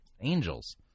angels